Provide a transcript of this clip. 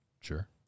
Sure